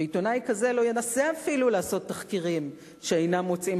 עיתונאי כזה לא ינסה אפילו לעשות תחקירים שאינם מוצאים